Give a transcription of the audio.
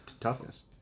toughness